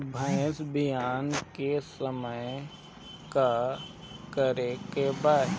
भैंस ब्यान के समय का करेके बा?